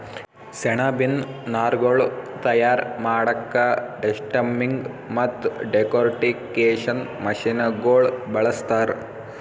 ಸೆಣಬಿನ್ ನಾರ್ಗೊಳ್ ತಯಾರ್ ಮಾಡಕ್ಕಾ ಡೆಸ್ಟಮ್ಮಿಂಗ್ ಮತ್ತ್ ಡೆಕೊರ್ಟಿಕೇಷನ್ ಮಷಿನಗೋಳ್ ಬಳಸ್ತಾರ್